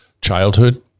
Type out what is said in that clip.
childhood